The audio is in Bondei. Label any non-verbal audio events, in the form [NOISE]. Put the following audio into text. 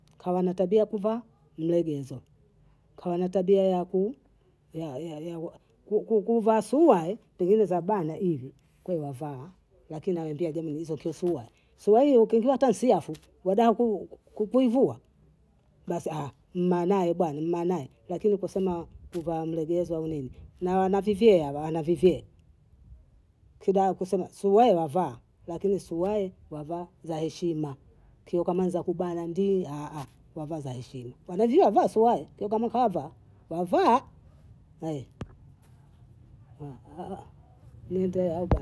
Kawa na tabia ya kuvaa mlegezo, kawa na tabia ya [HESITATION] kuvaa suruae pengine zabana hivi ko lavaa lakini nawaambia jameni hizo kesiuwa suruali ukiingiwa nta nsiafu wada [HESITATION] kuivua, basi [HESITATION] maanae bana [HESITATION] lakini ukasema kuvaa mlegezo aulini na wamavivie hawa na vivie, [HESITATION] kida kusema suruae wavaa za heshima, kiwa kama ni za kubana ndii [HESITATION] wavaa za heshima, wanavyua vaa suruae kiwakamkava wavaa [HESITATION]